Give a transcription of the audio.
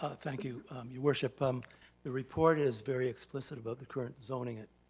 ah thank you your worship um the report is very explicit about the current zoning at